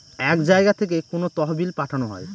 এক জায়গা থেকে কোনো তহবিল পাঠানো হয়